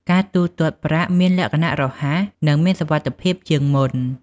ការទូទាត់ប្រាក់មានលក្ខណៈរហ័សនិងមានសុវត្ថិភាពជាងមុន។